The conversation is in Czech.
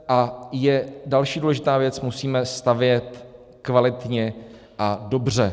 A je další důležitá věc musíme stavět kvalitně a dobře.